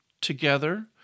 together